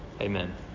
Amen